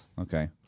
Okay